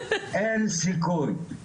אין סיכוי,